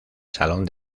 salón